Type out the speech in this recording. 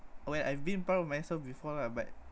well I've been proud of myself before lah but